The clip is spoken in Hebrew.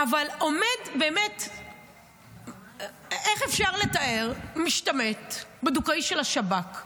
אבל איך אפשר לתאר משתמט, בדוקאי של השב"כ,